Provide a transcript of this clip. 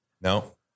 No